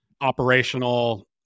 operational